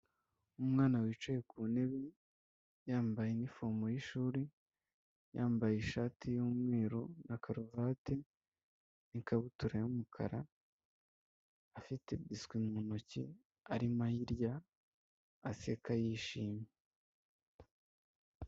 Umwana wicaye ku ntebe yambaye inifomu y'ishuri, yambaye ishati y'umweru na karuvati, n'ikabutura y'umukara, afite biswi mu ntoki arimo ayirya aseka yishimye.